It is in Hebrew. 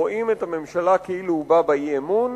רואים את הממשלה כאילו הובע בה אי-אמון